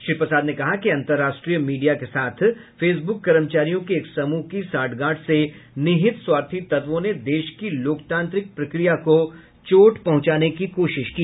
श्री प्रसाद ने कहा कि अंतर्राष्ट्रीय मीडिया के साथ फेसबुक कर्मचारियों के एक समूह की सांठ गांठ से निहित स्वार्थी तथ्वों ने देश की लोकतांत्रिक प्रक्रिया को चोट पहुंचाने की कोशिश की